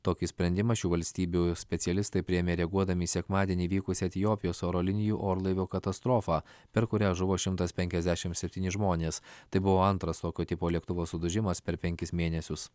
tokį sprendimą šių valstybių specialistai priėmė reaguodami į sekmadienį vykusią etiopijos oro linijų orlaivio katastrofą per kurią žuvo šimtas penkiasdešimt septyni žmonės tai buvo antras tokio tipo lėktuvo sudužimas per penkis mėnesius